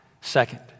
second